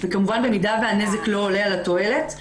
וכמובן במידה והנזק לא עולה על התועלת.